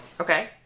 Okay